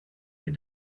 you